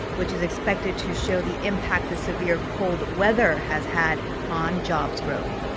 which is expected to show the impact the severe cold weather has had on jobs growth.